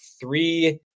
three